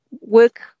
work